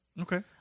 Okay